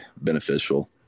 beneficial